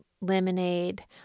lemonade